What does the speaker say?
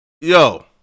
Yo